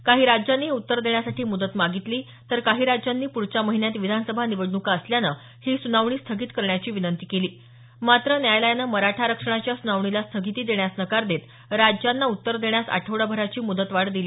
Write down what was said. काही राज्यांनी हे उत्तर देण्यासाठी मुदत मागितली तर काही काही राज्यांनी पुढच्या महिन्यात विधानसभा निवडणुका असल्यानं ही सुनावणी स्थगित करण्याची विनंती केली मात्र न्यायालयानं मराठा आरक्षणाच्या सुनावणीला स्थगिती देण्यास नकार देत राज्यांना उत्तर देण्यास आठवडाभराची मुदतवाढ दिली